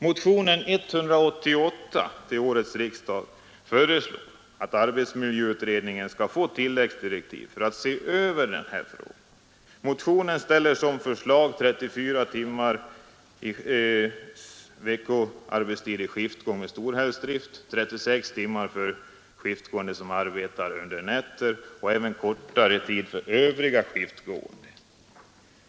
Motionen 188 till årets riksdag föreslår att arbetsmiljöutredningen skall få tilläggsdirektiv för att se över den här frågan. Motionen ställer som förslag 34 timmars veckoarbetstid i skiftgång med storhelgsdrift, 36 timmar för skiftgående som arbetar under nätter och även kortare tid för övriga skiftgående.